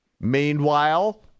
Meanwhile